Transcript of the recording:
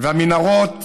והמנהרות במקומן,